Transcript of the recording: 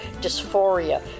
dysphoria